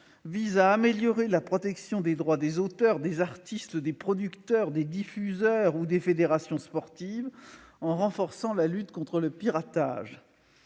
vise à améliorer la protection des droits des auteurs, des artistes, des producteurs, des diffuseurs ou des fédérations sportives, en renforçant la lutte contre le piratage.